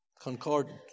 Concordant